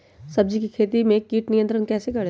सब्जियों की खेती में कीट नियंत्रण कैसे करें?